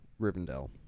Rivendell